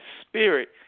spirit